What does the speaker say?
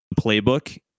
playbook